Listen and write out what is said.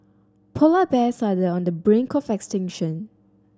polar bears are the on the brink of extinction